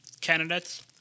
candidates